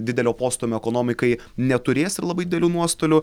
didelio postūmio ekonomikai neturės labai didelių nuostolių